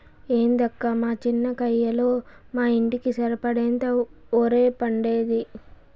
ఏందక్కా మా చిన్న కయ్యలో మా ఇంటికి సరిపడేంత ఒరే పండేది